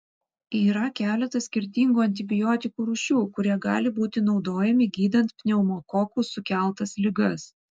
yra keletas skirtingų antibiotikų rūšių kurie gali būti naudojami gydant pneumokokų sukeltas ligas